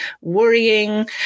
worrying